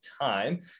time